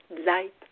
light